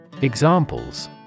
Examples